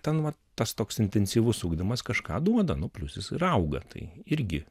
ten vat tas toks intensyvus sukdamas kažką duoda nu plius jis ir auga tai irgi